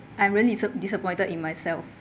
I'm really disapp~ disappointed in myself